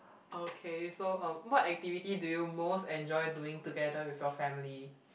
okay so um what activity do you most enjoy doing together with your family